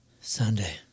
Sunday